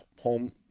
home